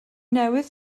newydd